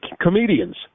comedians